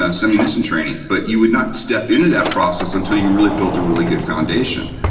ah some munition training, but you will not step into that process until you really built a really good foundation.